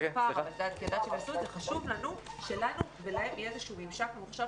כרגע שלנו ולהם יהיה איזשהו ממשק ממוחשב